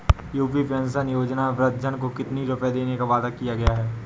UP pension योजना में वृद्धजन को कितनी रूपये देने का वादा किया गया है?